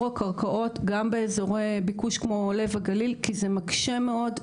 הקרקעות גם באזורי ביקוש כמו לב הגליל כי זה מקשה מאוד,